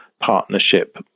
partnership